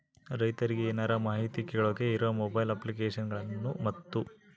ರೈತರಿಗೆ ಏನರ ಮಾಹಿತಿ ಕೇಳೋಕೆ ಇರೋ ಮೊಬೈಲ್ ಅಪ್ಲಿಕೇಶನ್ ಗಳನ್ನು ಮತ್ತು?